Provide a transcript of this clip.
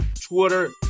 Twitter